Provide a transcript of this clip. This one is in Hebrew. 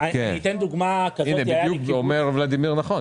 אומר ולדימיר נכון,